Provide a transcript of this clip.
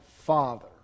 Father